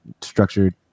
structured